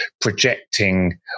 projecting